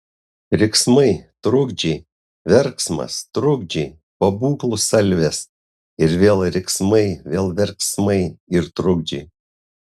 riksmai trukdžiai verksmas trukdžiai pabūklų salvės ir vėl riksmai vėl verksmai ir trukdžiai